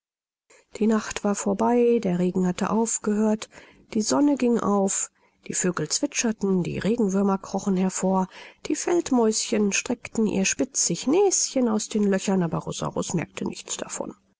die nacht war vorbei der regen hatte aufgehört die sonne ging auf die vögel zwitscherten die regenwürmer krochen hervor die feldmäuschen streckten ihr spitzig näschen aus den löchern aber rosaurus merkte nichts davon